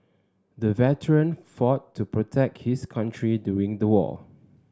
the veteran fought to protect his country during the war